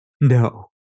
No